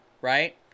right